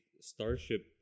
Starship